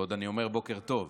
ועוד אני אומר "בוקר טוב".